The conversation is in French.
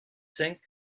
cinq